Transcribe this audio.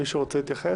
מישהו רוצה להתייחס?